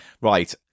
Right